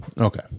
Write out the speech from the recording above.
Okay